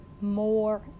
more